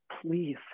please